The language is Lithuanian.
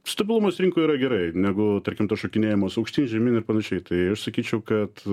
stabilumas rinkoj yra gerai negu tarkim tas šokinėjimas aukštyn žemyn ir panašiai tai aš sakyčiau kad